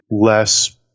less